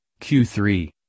Q3